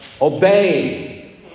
obey